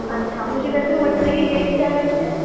اچھا مجھے ویسے مٹر کی ریٹ کیا ہے ویسے